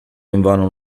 invano